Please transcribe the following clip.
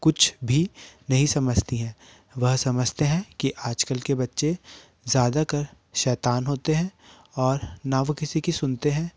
कुछ भी नहीं समझती है वह समझते हैं कि आज कल के बच्चे ज़्यादा कर शैतान होते हैं और ना वो किसी की सुनते हैं